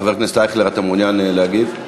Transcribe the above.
חבר הכנסת אייכלר, אתה מעוניין להגיב?